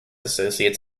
associates